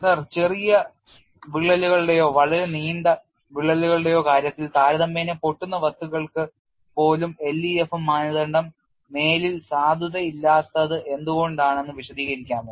sir ചെറിയ വിള്ളലുകളുടെയോ വളരെ നീണ്ട വിള്ളലുകളുടെയോ കാര്യത്തിൽ താരതമ്യേന പൊട്ടുന്ന വസ്തുക്കൾക്ക് പോലും LEFM മാനദണ്ഡം മേലിൽ സാധുതയില്ലാത്തത് എന്തുകൊണ്ടെന്ന് വിശദീകരിക്കാമോ